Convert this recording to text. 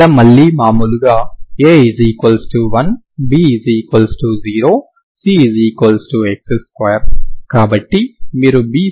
ఇక్కడ మళ్లీ మామూలుగా A1 B0 Cx2 కాబట్టి మీరు B2 4AC0 4